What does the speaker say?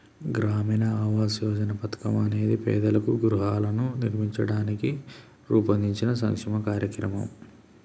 గ్రామీణ ఆవాస్ యోజన పథకం అనేది పేదలకు గృహాలను నిర్మించడానికి రూపొందించిన సంక్షేమ కార్యక్రమం